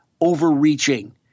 overreaching